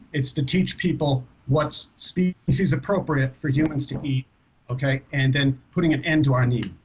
it's to teach people what's species appropriate for humans to eat okay and then putting an end to our need.